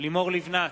לימור לבנת,